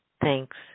Thanks